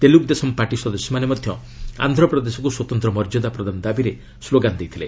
Telugu Desam party ସଦସ୍ୟମାନେ ମଧ୍ୟ ଆନ୍ଧ୍ରପ୍ରଦେଶକୁ ସ୍ୱତନ୍ତ ମର୍ଯ୍ୟାଦା ପ୍ରଦାନ ଦାବିରେ ସ୍କୋଗାନ ଦେଇଥିଲେ